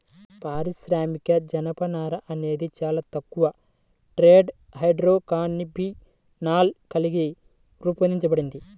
పారిశ్రామిక జనపనార అనేది చాలా తక్కువ టెట్రాహైడ్రోకాన్నబినాల్ కలిగి రూపొందించబడింది